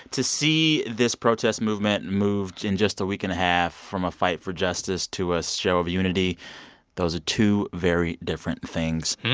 to see this protest movement moved in just a week and a half from a fight for justice to a show of unity those are two very different things.